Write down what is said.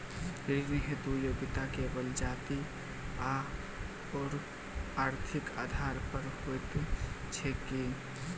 ऋण हेतु योग्यता केवल जाति आओर आर्थिक आधार पर होइत छैक की?